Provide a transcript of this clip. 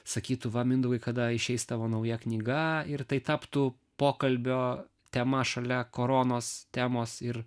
sakytų va mindaugai kada išeis tavo nauja knyga ir tai taptų pokalbio tema šalia koronos temos ir